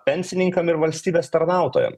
pensininkam ir valstybės tarnautojam